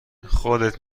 خودت